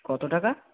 কত টাকা